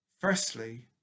firstly